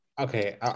Okay